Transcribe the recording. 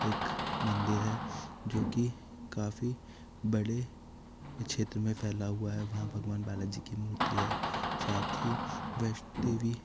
एक मंदिर है जो कि काफ़ी बड़े क्षेत्र में फैला हुआ है वहाँ भगवान बालाजी कि मूर्ति है साथ ही वैष्णो देवी